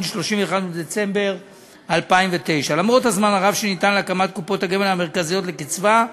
31 בדצמבר 2009. למרות הזמן הרב שניתן להקמת קופות הגמל המרכזיות לקצבה,